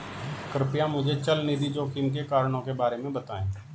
कृपया मुझे चल निधि जोखिम के कारणों के बारे में बताएं